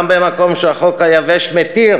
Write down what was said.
גם במקום שהחוק היבש מתיר,